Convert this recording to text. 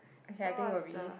okay I think will be